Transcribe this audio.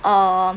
um